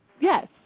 yes